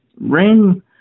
ring